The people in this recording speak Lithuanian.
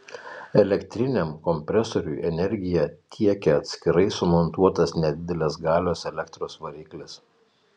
elektriniam kompresoriui energiją tiekia atskirai sumontuotas nedidelės galios elektros variklis